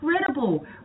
incredible